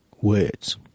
words